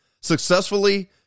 successfully